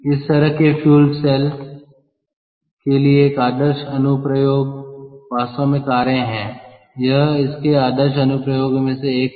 इस तरह के फ्यूल सेल के लिए एक आदर्श अनुप्रयोग वास्तव में कारें हैं यह इसके आदर्श अनुप्रयोगों में से एक हैं